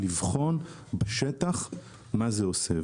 לבחון בשטח מה זה עושה.